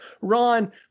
Ron